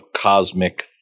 cosmic